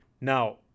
now